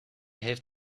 heeft